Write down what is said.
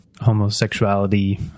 homosexuality